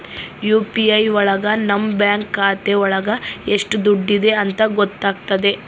UPI ಒಳಗ ನಮ್ bank ಖಾತೆ ಒಳಗ ಎಷ್ಟ್ ದುಡ್ಡಿದೆ ಅಂತ ಗೊತ್ತಾಗ್ತದೆ